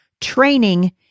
training